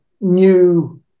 new